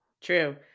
True